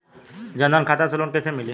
जन धन खाता से लोन कैसे मिली?